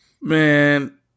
Man